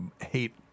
hate